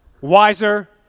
wiser